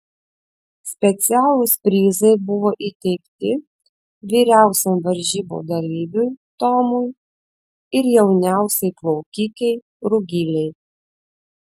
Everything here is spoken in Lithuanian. specialūs prizai buvo įteikti vyriausiam varžybų dalyviui tomui ir jauniausiai plaukikei rugilei